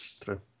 true